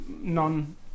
non